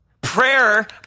Prayer